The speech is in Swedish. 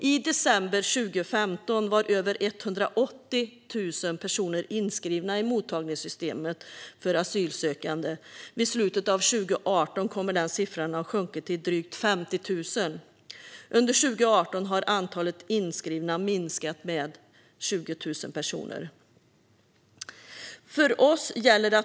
I december 2015 var över 180 000 personer inskrivna i mottagningssystemet för asylsökande. Vid slutet av 2018 kommer den siffran att ha sjunkit till drygt 50 000. Under 2018 har antalet inskrivna minskat med 20 000 personer.